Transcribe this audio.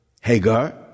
Hagar